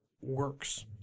works